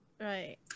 Right